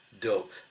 dope